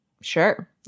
Sure